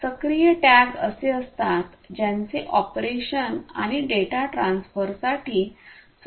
सक्रिय टॅग असे असतात ज्यांचे ऑपरेशन आणि डेटा ट्रान्सफरसाठी स्वतःचा वीजपुरवठा असतो